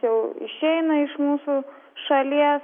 jau išeina iš mūsų šalies